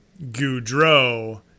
Goudreau